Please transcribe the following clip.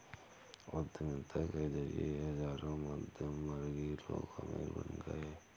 उद्यमिता के जरिए हजारों मध्यमवर्गीय लोग अमीर बन गए